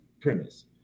premise